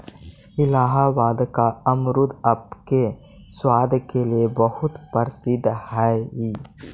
इलाहाबाद का अमरुद अपने स्वाद के लिए बहुत प्रसिद्ध हई